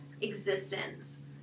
existence